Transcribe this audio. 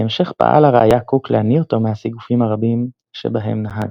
בהמשך פעל הראי"ה קוק להניא אותו מהסיגופים הרבים שבהם נהג.